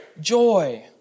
joy